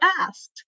asked